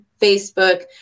Facebook